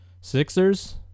Sixers